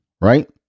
right